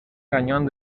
cañón